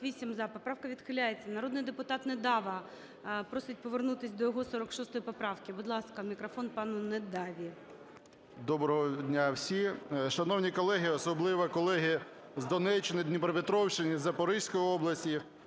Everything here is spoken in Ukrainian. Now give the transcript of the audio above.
За-48 Поправка відхиляється. Народний депутат Недава просить повернутись до його 46 поправки. Будь ласка, мікрофон пану Недаві. 12:53:40 НЕДАВА О.А. Доброго дня всім! Шановні колеги, особливо колеги з Донеччини, Дніпропетровщини, Запорізької області,